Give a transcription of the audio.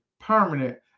permanent